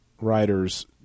Writers